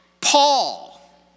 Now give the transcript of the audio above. Paul